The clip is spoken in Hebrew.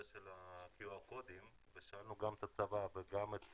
של ה-QR קודים ושאלנו גם את הצבא וגם את